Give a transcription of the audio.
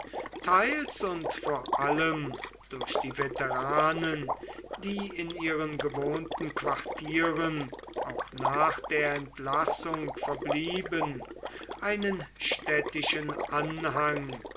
teils und vor allem durch die veteranen die in ihren gewohnten quartieren auch nach der entlassung verblieben einen städtischen anhang